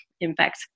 impact